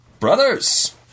Brothers